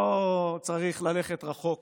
לא צריך ללכת רחוק